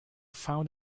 found